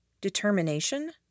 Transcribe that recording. Determination